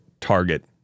target